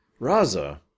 Raza